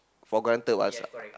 for granted what